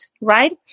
right